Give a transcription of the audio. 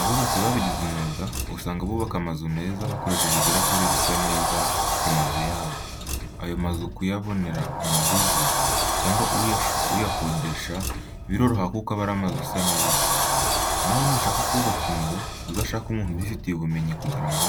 Abubatsi babigize umwuga usanga bubaka amazu meza bakoresheje ibirahure bisa neza ku mazu yabo. Ayo mazu kuyabonera umuguzi, cyangwa uyakodesha biroroha kuko ari amazu asa neza. Nawe nushaka kubaka inzu uzashake umuntu ubifitiye ubumenyi kugira ngo